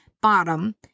bottom